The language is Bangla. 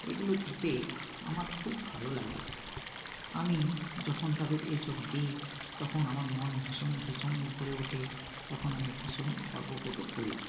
এগুলো দিতে আমার খুব ভালো লাগে আমি যখন তাদের এই সব দিই তখন আমার মন ভীষণ ভীষণ ভরে ওঠে তখন আমি ভীষণ গর্ব বোধও করি